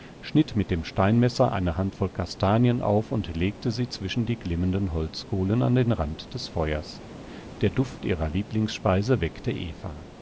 schnitt mit dem steinmesser eine handvoll kastanien auf und legte sie zwischen die glimmenden holzkohlen an den rand des feuers der duft ihrer lieblingsspeise weckte eva